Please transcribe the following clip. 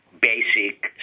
basic